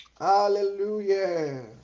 Hallelujah